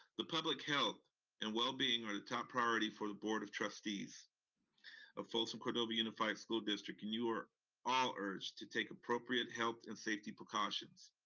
the public health and well-being are ah priority for the board of trustees of folsom cordova unified school district, and you are all urged to take appropriate health and safety precautions.